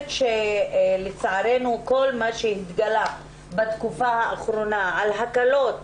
לצערנו כל מה שהתגלה בתקופה האחרונה לגבי הקלות